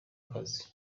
kazi